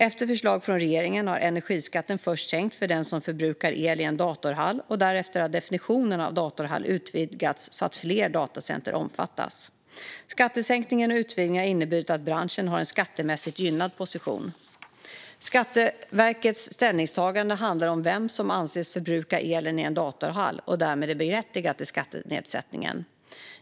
Efter förslag från regeringen har energiskatten först sänkts för den som förbrukar el i en datorhall, och därefter har definitionen av datorhall utvidgats så att fler datacenter omfattas. Skattesänkningen och utvidgningen har inneburit att branschen har en skattemässigt gynnad position. Skatteverkets ställningstagande handlar om vem som anses förbruka elen i en datorhall och därmed är berättigad till skattenedsättningen.